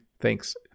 Thanks